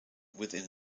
within